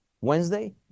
Wednesday